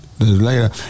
later